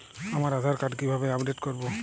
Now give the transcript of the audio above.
আমার আধার কার্ড কিভাবে আপডেট করব?